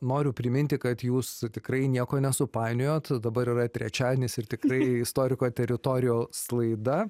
noriu priminti kad jūs tikrai nieko nesupainiojot dabar yra trečiadienis ir tikrai istoriko teritorijos laida